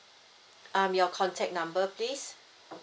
um your contact number please